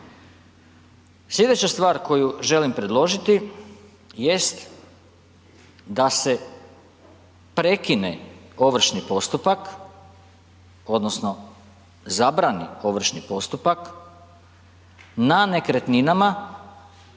Slijedeća stvar koju želim predložiti jest da se prekine ovršni postupak odnosno zabrani ovršni postupak na nekretninama